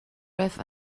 ref